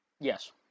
Yes